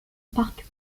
parc